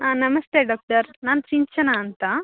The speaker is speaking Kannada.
ಹಾಂ ನಮಸ್ತೆ ಡಾಕ್ಟರ್ ನಾನು ಸಿಂಚನ ಅಂತ